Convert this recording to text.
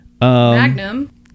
Magnum